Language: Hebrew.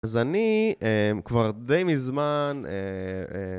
אז אני כבר די מזמן